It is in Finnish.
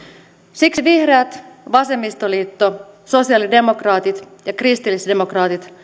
siksi vihreät vasemmistoliitto sosialidemokraatit ja kristillisdemokraatit